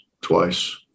twice